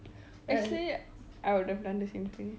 but actually I would have done the same thing